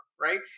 right